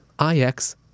IX